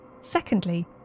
Secondly